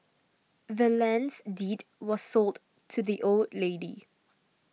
the land's deed was sold to the old lady